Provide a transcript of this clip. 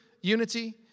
unity